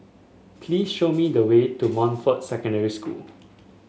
please show me the way to Montfort Secondary School